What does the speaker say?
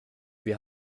wir